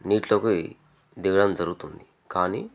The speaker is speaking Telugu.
నీటిలోకి దిగడం జరుగుతుంది కానీ